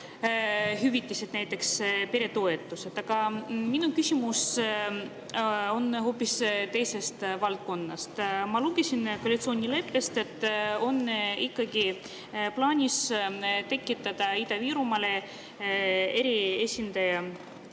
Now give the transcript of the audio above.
hüvitised, näiteks peretoetused. Aga minu küsimus on hoopis teisest valdkonnast. Ma lugesin koalitsioonileppest, et on ikkagi plaanis tekitada Ida-Virumaale eriesindaja